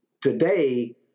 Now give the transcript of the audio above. today